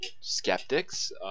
skeptics